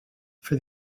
for